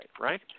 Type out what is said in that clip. right